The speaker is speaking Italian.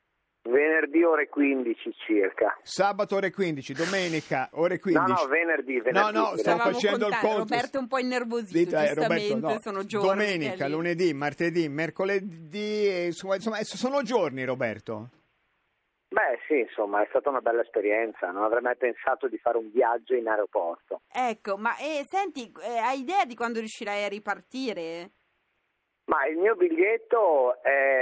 Venerdì ore 15 circa. Sabato ore 15, domenica ore 15. No, no, venerdì, No, venerdì, no, venerdì. stiamo Stavamo facendo contando. il conto. Roberto è un po' innervosito, Dite, eh, Roberto, giustamente, no. sono giorni che è Domenica, lì. lunedì, martedì, mercoledì, e insomma- insomma, eh, sono giorni, Roberto. Beh, sì, insomma, è stata una bella esperienza, non avrei mai pensato di fare un viaggio in aeroporto. Ecco, ma, eh, senti, eh, hai idea di quando riuscirai a ripartire? Ma il mio biglietto è